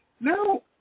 no